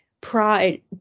Pride